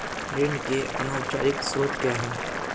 ऋण के अनौपचारिक स्रोत क्या हैं?